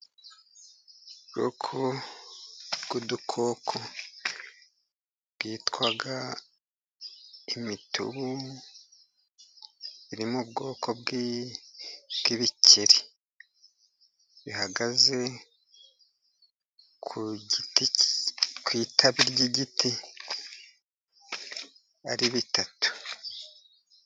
Ubwoko bw'udukoko bwitwa imitubu, iri mu bwoko bw'ibikeri. Bihagaze ku giti ku itabi ry'igiti ari bitatu.